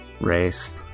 race